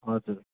हजुर